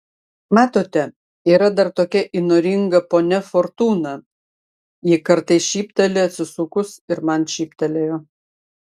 matote yra dar tokia įnoringa ponia fortūna ji kartais šypteli atsisukus ir man šyptelėjo